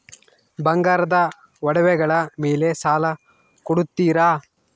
ಬಂಗಾರದ ಒಡವೆಗಳ ಮೇಲೆ ಸಾಲ ಕೊಡುತ್ತೇರಾ?